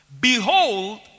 behold